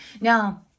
Now